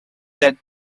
that